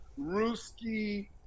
ruski